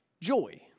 joy